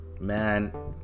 man